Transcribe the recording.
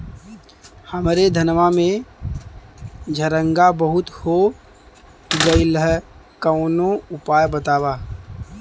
हमरे धनवा में झंरगा बहुत हो गईलह कवनो उपाय बतावा?